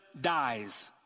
dies